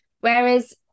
Whereas